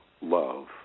love